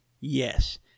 Yes